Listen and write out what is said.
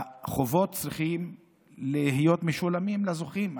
החובות צריכים להיות משולמים לזוכים.